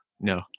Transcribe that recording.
no